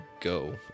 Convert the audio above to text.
go